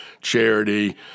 charity